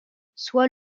soit